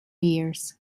years